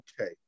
okay